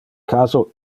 caso